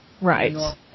Right